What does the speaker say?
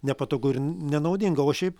nepatogu ir nenaudinga o šiaip